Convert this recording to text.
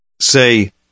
Say